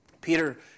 Peter